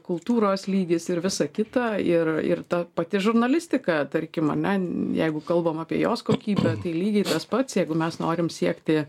kultūros lygis ir visa kita ir ir ta pati žurnalistika tarkim ane jeigu kalbam apie jos kokybę tai lygiai tas pats jeigu mes norim siekti